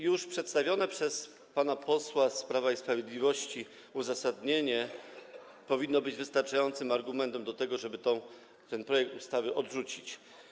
Już przedstawione przez pana posła z Prawa i Sprawiedliwości uzasadnienie powinno być wystarczającym argumentem do tego, żeby ten projekt ustawy odrzucić.